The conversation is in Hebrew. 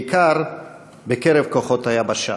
בעיקר בקרב כוחות היבשה: